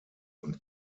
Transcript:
und